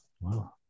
wow